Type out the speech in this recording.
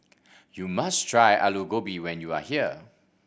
you must try Aloo Gobi when you are here